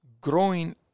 Growing